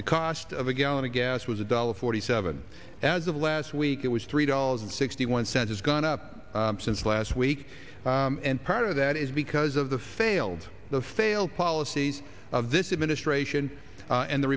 the cost of a gallon of gas was a dollar forty seven as of last week it was three dollars and sixty one cents has gone up since last week and part of that is because of the failed the failed policies of this administration and the